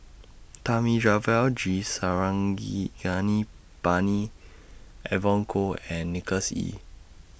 Thamizhavel G Evon Kow and Nicholas Ee